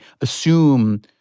assume